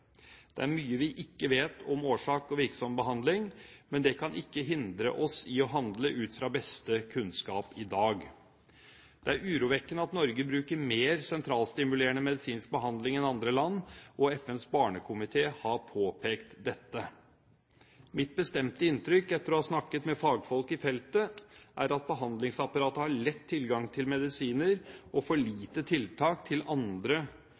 Det er mye vi ikke vet om årsak og virksom behandling, men det kan ikke hindre oss i å handle ut fra beste kunnskap i dag. Det er urovekkende at Norge bruker mer sentralstimulerende medisinsk behandling enn andre land, og FNs barnekomité har påpekt dette. Mitt bestemte inntrykk etter å ha snakket med fagfolk på feltet, er at behandlingsapparatet har lett tilgang til medisiner og for lite tilgang til andre